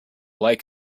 like